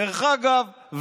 דרך אגב,